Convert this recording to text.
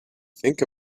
think